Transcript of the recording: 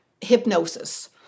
hypnosis